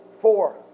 Four